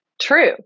true